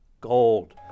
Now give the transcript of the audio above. gold